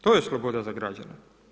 To je sloboda za građane.